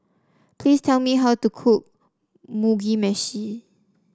please tell me how to cook Mugi Meshi